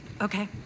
Okay